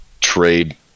trade